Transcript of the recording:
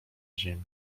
ziemi